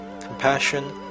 compassion